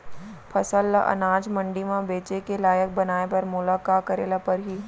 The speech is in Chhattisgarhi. फसल ल अनाज मंडी म बेचे के लायक बनाय बर मोला का करे ल परही?